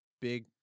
big